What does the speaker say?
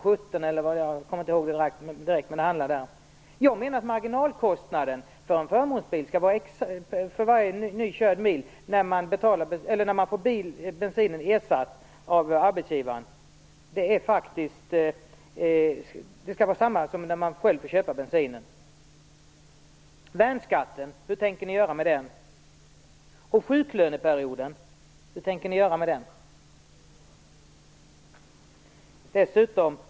Jag anser att marginalkostnaden - som betalas av arbetsgivaren - för bensin till varje körd mil med förmånsbil skall vara densamma som när en privat bilägare själv får köpa bensinen. Hur tänker ni göra med värnskatten? Och hur tänker ni göra med sjuklöneperioden?